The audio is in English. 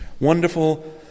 Wonderful